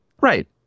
Right